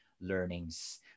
learnings